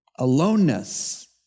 aloneness